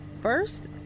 First